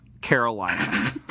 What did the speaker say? Carolina